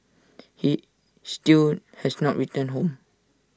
he still has not returned home